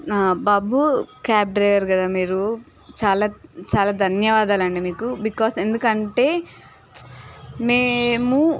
నా బాబు cab driver కదా మీరు చాలా చాలా ధన్యవాదాలు అండి మీకు బికాస్ ఎందుకంటే మేము